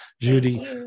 Judy